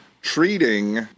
treating